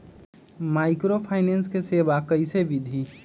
Microfinance के सेवा कइसे विधि?